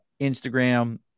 Instagram